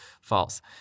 False